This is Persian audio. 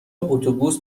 اتوبوس